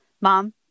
Mom